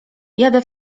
jadę